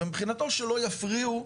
ומבחינתו שלא יפריעו,